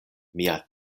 mia